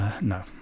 No